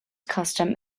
custom